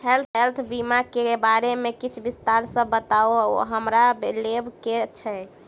Health बीमा केँ बारे किछ विस्तार सऽ बताउ हमरा लेबऽ केँ छयः?